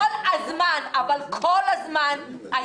בכל הזמן הזה הימין,